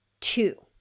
two